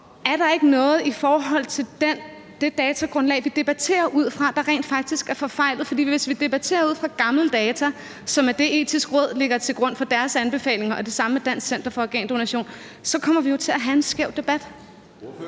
om der ikke er noget i forhold til det datagrundlag, vi debatterer ud fra, der rent faktisk er forfejlet. For hvis vi debatterede ud fra gamle data, som er det, Det Etiske Råd lægger til grund for deres anbefalinger, og det samme med Dansk Center for Organdonation, så kommer vi jo til at have en skæv debat.